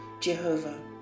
jehovah